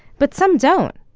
but some don't.